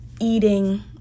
eating